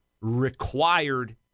required